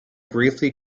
briefly